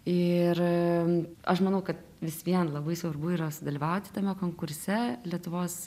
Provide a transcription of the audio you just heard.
ir aš manau kad vis vien labai svarbu yra sudalyvauti tame konkurse lietuvos